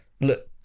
look